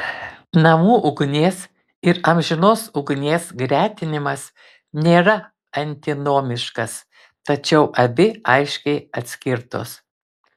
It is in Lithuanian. namų ugnies ir amžinos ugnies gretinimas nėra antinomiškas tačiau abi aiškiai atskirtos